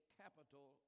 capital